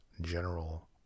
general